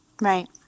Right